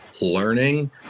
learning